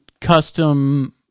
custom